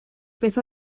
beth